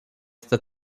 that